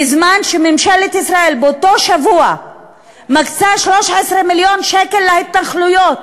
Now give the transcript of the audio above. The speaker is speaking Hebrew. בזמן שממשלת ישראל באותו שבוע מקצה 13 מיליון שקלים להתנחלויות,